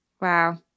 Wow